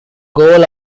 goal